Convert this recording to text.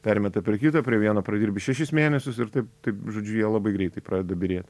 permeta prie kito prie vieno pradirbi šešis mėnesius ir taip taip žodžiu jie labai greitai pradeda byrėt